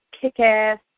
kick-ass